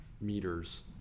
meters